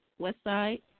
Westside